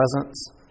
presence